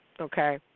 Okay